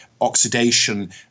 oxidation